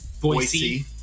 Boise